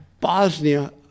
Bosnia